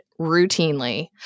routinely